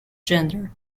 gender